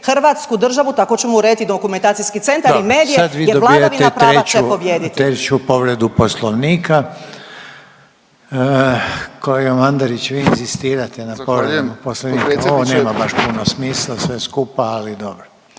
hrvatsku državu tako ćemo urediti i dokumentacijski centar i medije jer vladavina prava će pobijediti.